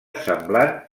semblant